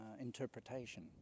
interpretation